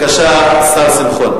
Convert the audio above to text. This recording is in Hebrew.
בבקשה, השר שמחון.